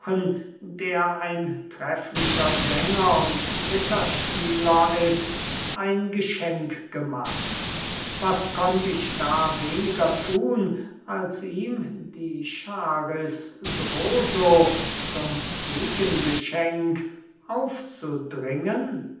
der ein trefflicher sänger und citherspieler ist ein geschenk gemacht was konnt ich da weniger thun als ihm die charis droso zum gegengeschenk aufzudrängen